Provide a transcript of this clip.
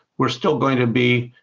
we're still going to be